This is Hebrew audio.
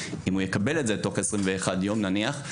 אם הוא יקבל את זה תוך 21 יום נניח,